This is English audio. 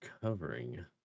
covering